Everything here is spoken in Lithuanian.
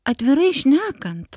atvirai šnekant